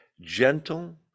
gentle